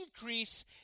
increase